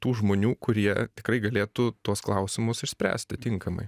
tų žmonių kurie tikrai galėtų tuos klausimus išspręsti tinkamai